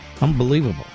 Unbelievable